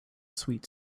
sweet